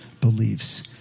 beliefs